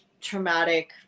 traumatic